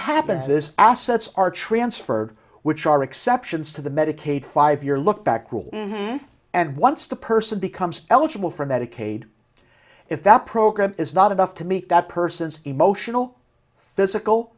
happens is assets are transferred which are exceptions to the medicaid five year lookback rules and once the person becomes eligible for medicaid if that program is not enough to meet that person's emotional physical